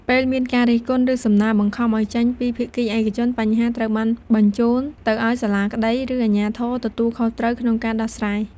ពេលមានការរិះគន់ ឬសំណើបង្ខំឲ្យចេញពីភាគីឯកជន បញ្ហាត្រូវបានបញ្ជូនទៅឲ្យសាលាក្តីឬអាជ្ញាធរទទួលខុសត្រូវក្នុងការដោះស្រាយ។